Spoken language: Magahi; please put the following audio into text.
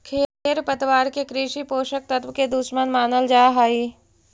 खेरपतवार के कृषि पोषक तत्व के दुश्मन मानल जा हई